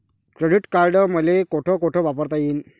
Credit card मले कोठ कोठ वापरता येईन?